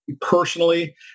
personally